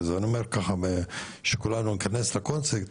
בגלל זה אני אומר ככה שכולנו ניכנס לקונספט,